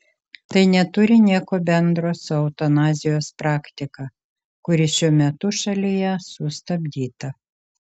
tai neturi nieko bendro su eutanazijos praktika kuri šiuo metu šalyje sustabdyta